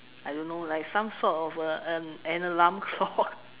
I don't know like some sort of a an alarm clock